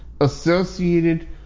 associated